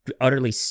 utterly